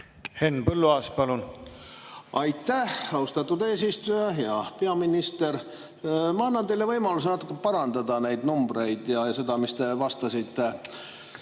on selles ... Aitäh, austatud eesistuja! Hea peaminister! Ma annan teile võimaluse natuke parandada neid numbreid ja seda, mis te vastasite